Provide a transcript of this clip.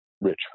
rich